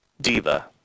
Diva